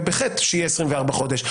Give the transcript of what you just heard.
ובחטא 24 חודשים.